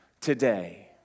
today